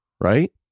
right